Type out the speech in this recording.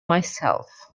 myself